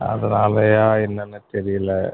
அதனாலையா என்னனு தெரியலை